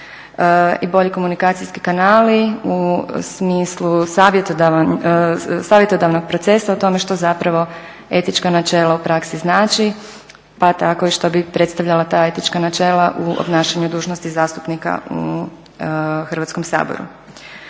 i bolji komunikacijski kanali u smislu savjetodavnog procesa o tome što zapravo etičko načelo u praksi znači, pa tako i što bi predstavljala ta etička načela u obnašanju dužnosti zastupnika u Hrvatskom saboru.